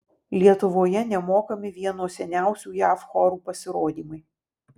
lietuvoje nemokami vieno seniausių jav chorų pasirodymai